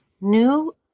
New